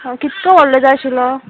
हय कितको व्हडले जाय आशिल्लो